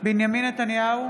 בנימין נתניהו,